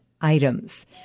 items